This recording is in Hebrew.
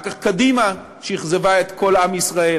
אחר כך קדימה, שאכזבה את כל עם ישראל,